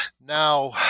Now